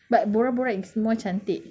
but bora bora is more cantik